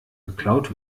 geklaut